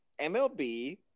mlb